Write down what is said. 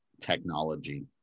technology